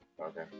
Okay